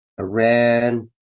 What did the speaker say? Iran